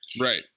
Right